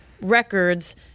records